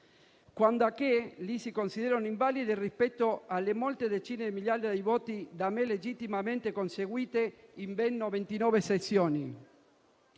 quandanche lo si consideri invalido rispetto alle molte decine di migliaia di voti da me legittimamente conseguiti in ben 99 sezioni.